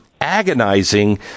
agonizing